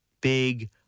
big